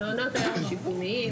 מעונות היום השיקומיים,